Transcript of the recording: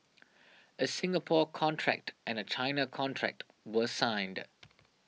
a Singapore contract and a China contract were signed